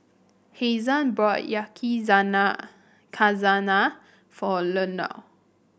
Hasan brought Yakizakana for Leonel